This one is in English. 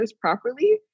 properly